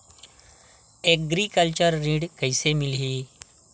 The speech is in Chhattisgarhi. एग्रीकल्चर ऋण कइसे मिलही?